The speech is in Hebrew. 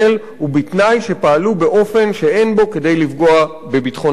ובתנאי שפעלו באופן שאין בו כדי לפגוע בביטחון המדינה.